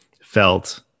felt